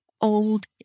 old